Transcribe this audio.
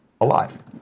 alive